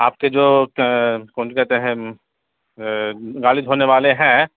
آپ کے جو کون کہتے ہیں گاڑی دھونے والے ہیں